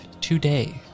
today